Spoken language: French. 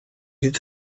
est